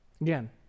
Again